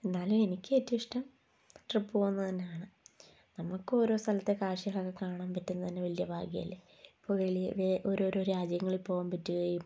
എന്നാലും എനിക്ക് ഏറ്റവും ഇഷ്ടം ട്രിപ്പ് പോകുന്നതു തന്നാണ് നമുക്ക് ഓരോ സ്ഥലത്തെ കാഴ്ച്ചകളൊക്കെ കാണാൻ പറ്റുന്നതു തന്നെ വലിയ ഭാഗ്യല്ലേ ഇപ്പോൾ വലിയ വ ഓരോരോ രാജ്യങ്ങളിൽ പോകാൻ പറ്റുകയും